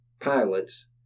pilots